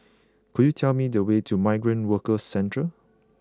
could you tell me the way to Migrant Workers Centre